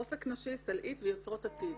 אופק נשי, סלעית ויוצרות עתיד.